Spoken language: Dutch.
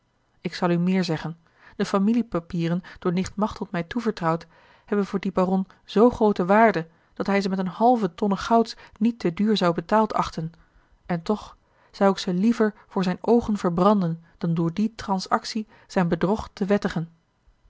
ik zal u meer zeggen de familiepapieren door nicht machteld mij toebetrouwd hebben voor dien baron zoo groote waarde dat hij ze met eene halve tonne gouds niet te duur zou betaald achten en toch zou ik ze liever voor zijne oogen verbranden dan door die transactie zijn bedrog te wettigen